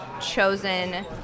chosen